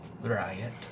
riot